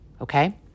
Okay